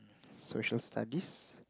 Social Studies